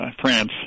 France